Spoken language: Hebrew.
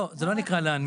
לא, זה לא נקרא להנמיך.